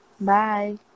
Bye